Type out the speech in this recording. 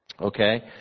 Okay